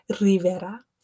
Rivera